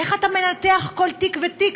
איך אתה מנתח כל תיק ותיק,